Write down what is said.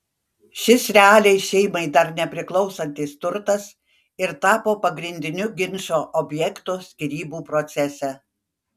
šis realiai šeimai dar nepriklausantis turtas ir tapo pagrindiniu ginčo objektu skyrybų procese